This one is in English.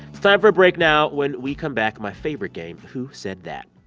it's time for a break now. when we come back, my favorite game, who said that.